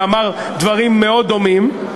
שאמר דברים מאוד דומים,